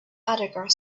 autograph